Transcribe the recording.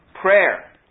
prayer